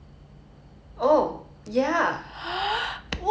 ya but ya it's 蜡笔 I don't~